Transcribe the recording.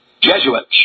Jesuits